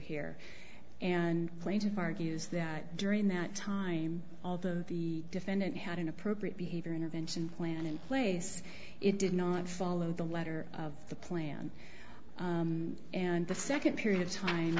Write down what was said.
here and plaintive argues that during that time although the defendant had inappropriate behavior intervention plan in place it did not follow the letter of the plan and the second period of time